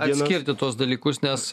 atskirti tuos dalykus nes